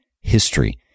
history